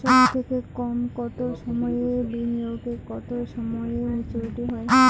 সবথেকে কম কতো সময়ের বিনিয়োগে কতো সময়ে মেচুরিটি হয়?